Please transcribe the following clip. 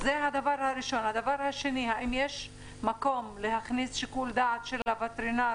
השאלה השנייה: האם יש מקום להכניס שיקול דעת של הווטרינר